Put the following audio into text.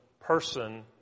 person